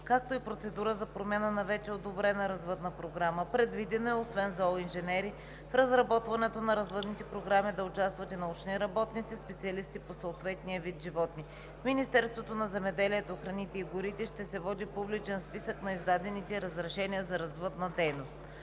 както и процедура за промяна на вече одобрена развъдна програма. Предвидено е, освен зооинженери, в разработването на развъдните програми да участват и научни работници, специалисти по съответния вид животни. В Министерството на земеделието, храните и горите ще се води публичен списък на издадените разрешения за развъдна дейност.